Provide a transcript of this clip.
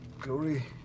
Glory